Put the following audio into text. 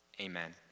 amen